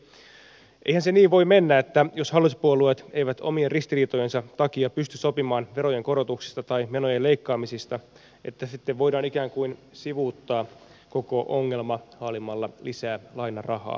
eihän se niin voi mennä että jos hallituspuolueet eivät omien ristiriitojensa takia pysty sopimaan verojen korotuksista tai menojen leikkaamisista niin sitten voidaan ikään kuin sivuuttaa koko ongelma haalimalla lisää lainarahaa ja paljon